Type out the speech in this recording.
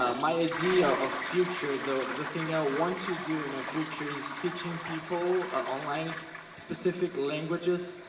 ah my idea of future though, the thing i want to do in my future is teaching people online specific languages.